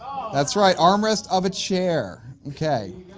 that's right, armrest of a chair. okay.